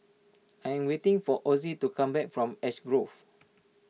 I'm waiting for Ozzie to come back from Ash Grove